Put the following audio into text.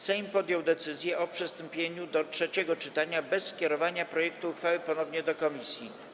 Sejm podjął decyzję o przystąpieniu do trzeciego czytania bez skierowania projektu uchwały ponownie do komisji.